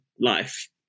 life